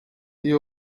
iyi